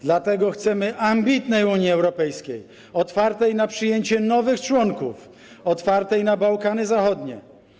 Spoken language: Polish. Dlatego chcemy ambitnej Unii Europejskiej, otwartej na przyjęcie nowych członków, otwartej na Bałkany Zachodnie.